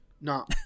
No